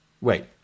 wait